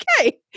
okay